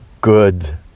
good